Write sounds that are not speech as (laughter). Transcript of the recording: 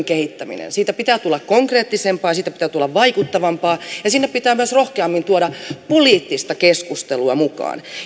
(unintelligible) kehittäminen siitä pitää tulla konkreettisempaa ja siitä pitää tulla vaikuttavampaa ja sinne pitää myös rohkeammin tuoda poliittista keskustelua mukaan